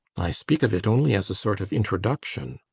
i speak of it only as a sort of introduction.